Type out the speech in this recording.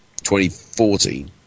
2014